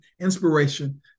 inspiration